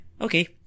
Okay